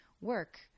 work